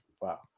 wow